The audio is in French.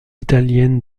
italienne